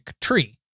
tree